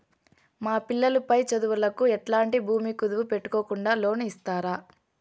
మా పిల్లలు పై చదువులకు ఎట్లాంటి భూమి కుదువు పెట్టుకోకుండా లోను ఇస్తారా